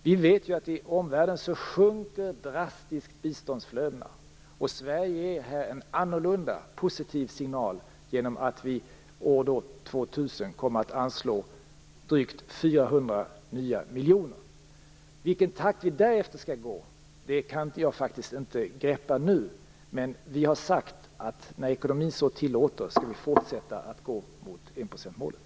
Vi vet att biståndsflödena minskar drastiskt i omvärlden. Sverige ger här en annorlunda, positiv signal genom att vi år 2000 kommer att anslå drygt 400 nya miljoner. I vilken takt vi därefter skall gå kan jag inte greppa nu. Men vi har sagt att vi när ekonomin så tillåter skall fortsätta att gå mot enprocentsmålet.